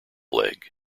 leg